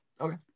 Okay